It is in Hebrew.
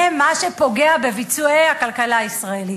הם מה שפוגע בביצועי הכלכלה הישראלית.